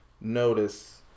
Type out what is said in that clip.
Notice